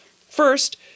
First